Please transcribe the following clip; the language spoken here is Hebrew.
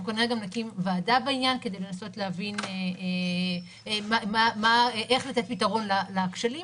אנחנו כנראה גם נקים ועדה בעניין כדי לנסות להבין איך לתת פתרון לכשלים.